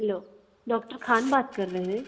hello doctor Khan बात कर रहे हैं